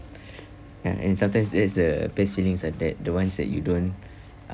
and and sometimes that's the best feelings are that the ones that you don't